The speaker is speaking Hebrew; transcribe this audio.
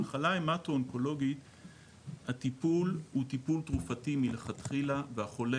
במחלה המטואונקולוגית הטיפול הוא טיפול תרופתי מלכתחילה והחולה